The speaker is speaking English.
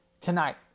tonight